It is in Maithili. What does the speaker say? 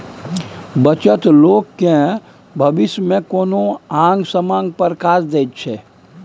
बचत लोक केँ भबिस मे कोनो आंग समांग पर काज दैत छै